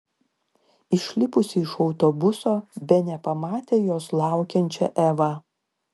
išlipusi iš autobuso benė pamatė jos laukiančią evą